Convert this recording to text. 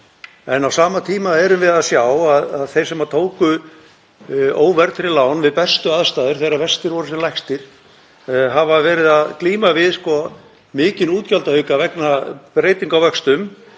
En á sama tíma sjáum við að þeir sem tóku óverðtryggð lán við bestu aðstæður, þegar vextir voru hvað lægstir, hafa verið að glíma við mikinn útgjaldaauka vegna breytinga á vöxtum,